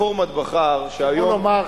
זה כמו לומר,